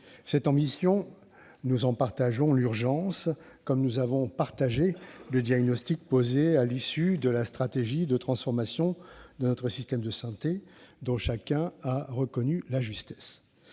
cette ambition, comme nous avons partagé le diagnostic posé à l'issue de la stratégie de transformation de notre système de santé, dont chacun a reconnu la justesse.